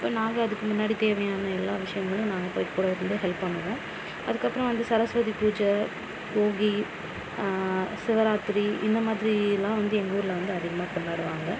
அப்போ நாங்கள் அதுக்கு முன்னாடி தேவையான எல்லா விஷயங்களும் நாங்கள் போயிட்டு கூடயிருந்து ஹெல்ப் பண்ணுவோம் அதுக்கு அப்புறம் வந்து சரஸ்வதி பூஜை போகி சிவராத்திரி இந்த மாதிரிலாம் வந்து எங்கள் ஊரில் வந்து அதிகமாக கொண்டாடுவாங்க